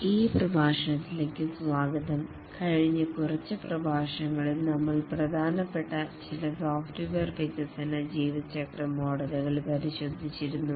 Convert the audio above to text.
ഈ പ്രഭാഷണത്തിലേക്ക് സ്വാഗതം കഴിഞ്ഞ കുറച്ച് പ്രഭാഷണങ്ങളിൽ നമ്മൾ പ്രധാനപ്പെട്ട ചില സോഫ്റ്റ്വെയർ വികസന ജീവിതചക്രം മോഡലുകൾ പരിശോധിച്ചിരുന്നു